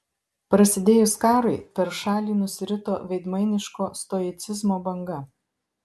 prasidėjus karui per šalį nusirito veidmainiško stoicizmo banga